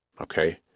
Okay